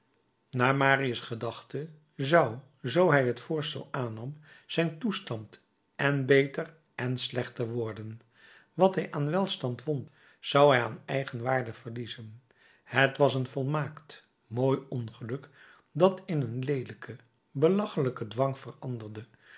naar marius gedachte zou zoo hij t voorstel aannam zijn toestand èn beter èn slechter worden wat hij aan welstand won zou hij aan eigenwaarde verliezen het was een volmaakt mooi ongeluk dat in een leelijken belachelijken dwang